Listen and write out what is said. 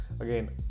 again